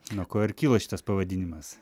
nuo ko ir kyla šitas pavadinimas